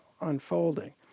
unfolding